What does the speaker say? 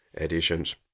editions